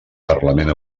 parlament